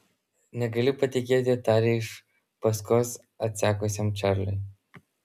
negaliu patikėti tarė iš paskos atsekusiam čarliui